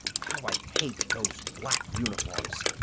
how i hate those black uniforms!